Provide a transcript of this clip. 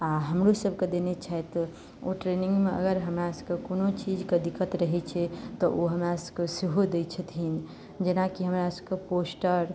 आ हमरो सभक देनै छथि ओ ट्रेनिंग मे अगर हमरा सभके कोनो चीजक दिक्कत रहै छै तऽ ओ हमरा सभके सेहो दै छथीन जेनाकी हमरा सभक पोस्टर